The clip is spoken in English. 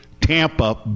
Tampa